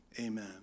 amen